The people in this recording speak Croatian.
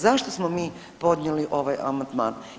Zašto smo mi podnijeli ovaj amandman?